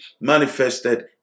manifested